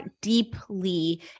deeply